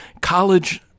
college